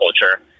culture